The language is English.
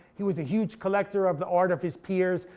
he was a huge collector of the art of his peers,